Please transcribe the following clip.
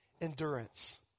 endurance